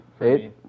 eight